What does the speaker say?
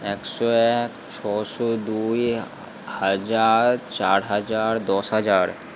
একশো এক ছশো দুই হাজার চার হাজার দশ হাজার